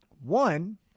One